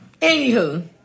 Anywho